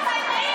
בבקשה.